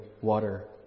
water